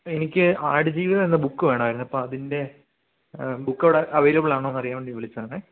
എനിക്ക് ആടുജീവിതം എന്ന ബുക്ക് വേണമായിരുന്നു അപ്പോൾ അതിന്റെ ബുക്ക് അവിടെ അവൈലബിൾ ആണോ എന്ന് അറിയാൻ വേണ്ടി വിളിച്ചതാണേ